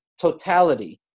totality